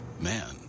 Man